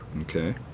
Okay